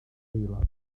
aelod